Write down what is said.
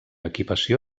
equipació